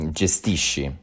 gestisci